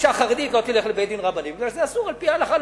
אשה חרדית לא תלך לבית-דין רבני מפני שזה אסור על-פי ההלכה.